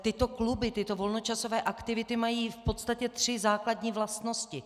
Tyto kluby, tyto volnočasové aktivity mají v podstatě tři základní vlastnosti.